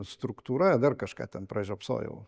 struktūra dar kažką ten pražiopsojau